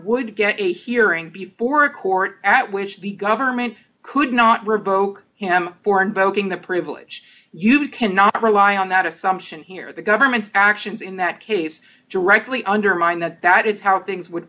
to get a hearing before a court at which the government could not revoke him for invoking the privilege you cannot rely on that assumption here the government's actions in that case directly undermined that that is how things would